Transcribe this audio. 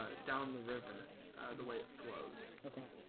ah down the river the way it flows okay?